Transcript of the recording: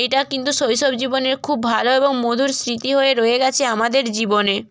এটা কিন্তু শৈশব জীবনের খুব ভালো এবং মধুর স্মৃতি হয়ে রয়ে গেছে আমাদের জীবনে